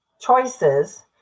choices